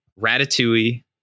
Ratatouille